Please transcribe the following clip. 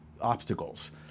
obstacles